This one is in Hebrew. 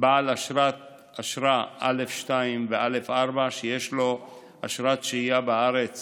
בעל אשרה א'2 וא'4 שיש לו אשרת שהייה בארץ